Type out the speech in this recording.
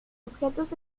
objetos